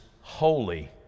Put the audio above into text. holy